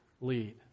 lead